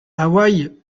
hawaï